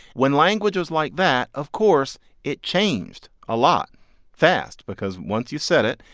when language was like that, of course it changed a lot fast because once you said it,